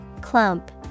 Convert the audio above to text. clump